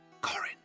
Corin